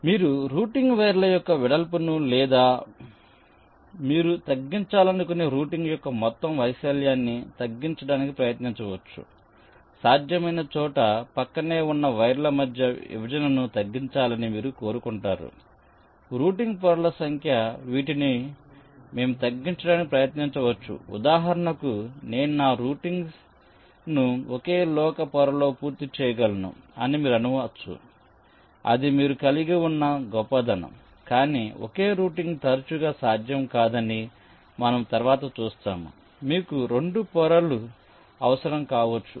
కాబట్టి మీరు రూటింగ్ వైర్ల యొక్క వెడల్పును లేదా మీరు తగ్గించాలనుకునే రూటింగ్ యొక్క మొత్తం వైశాల్యాన్ని తగ్గించడానికి ప్రయత్నించవచ్చు సాధ్యమైన చోట ప్రక్కనే ఉన్న వైర్ల మధ్య విభజనను తగ్గించాలని మీరు కోరుకుంటారు రూటింగ్ పొరల సంఖ్య వీటిని మేము తగ్గించడానికి ప్రయత్నించవచ్చు ఉదాహరణకు నేను నా రూటింగ్ను ఒకే లోహ పొరలో పూర్తి చేయగలను అని మీరు అనవచ్చు అది మీరు కలిగి ఉన్న గొప్పదనం కానీ ఓకే రూటింగ్ తరచుగా సాధ్యం కాదని మనము తరువాత చూస్తాము మీకు 2 పొరలు అవసరం కావచ్చు